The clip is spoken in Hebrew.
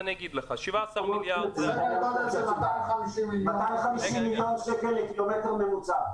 אז אני אגיד לך: 17 מיליארד -- 250 מיליון שקל לקילומטר ממוצע.